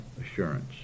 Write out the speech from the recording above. assurance